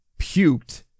puked